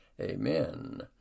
Amen